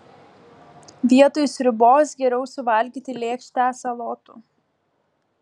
vietoj sriubos geriau suvalgyti lėkštę salotų